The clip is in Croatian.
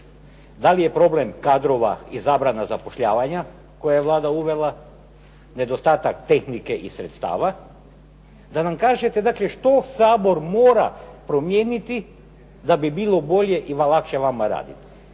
Da li je problem kadrova i zabrana zapošljavanja koje je Vlada uvela, nedostatak tehnike i sredstava, da nam kažete dakle što Sabor mora promijeniti da bi bilo bolje i lakše vama raditi?